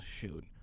shoot